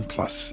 Plus